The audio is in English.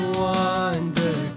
wonder